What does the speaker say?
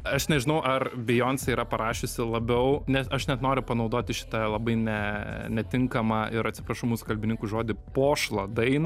aš nežinau ar bijoncė yra parašiusi labiau net aš net noriu panaudoti šitą labai ne netinkamą ir atsiprašau mūsų kalbininkų žodį pošlą dain